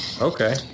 Okay